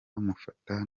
bamufata